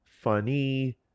funny